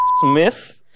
Smith